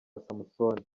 samusoni